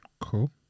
Cool